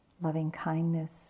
loving-kindness